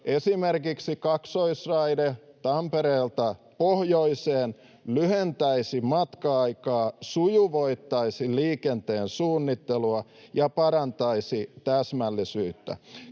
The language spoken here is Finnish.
Esimerkiksi kaksoisraide Tampereelta pohjoiseen lyhentäisi matka-aikaa, sujuvoittaisi liikenteen suunnittelua ja parantaisi täsmällisyyttä.